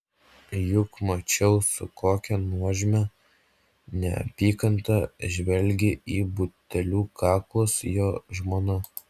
juk mačiau su kokia nuožmia neapykanta žvelgia į butelių kaklus jo žmona